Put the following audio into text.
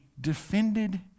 defended